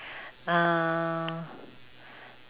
uh